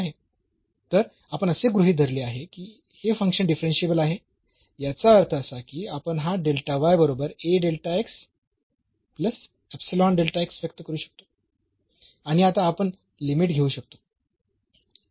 तर आपण असे गृहीत धरले आहे की हे फंक्शन डिफरन्शियेबल आहे याचा अर्थ असा की आपण हा बरोबर व्यक्त करू शकतो आणि आता आपण लिमिट घेऊ शकतो